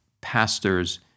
pastors